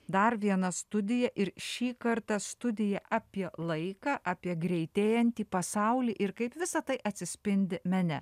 dar viena studija ir šį kartą studija apie laiką apie greitėjantį pasaulį ir kaip visa tai atsispindi mene